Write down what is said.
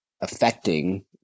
affecting